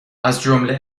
ازجمله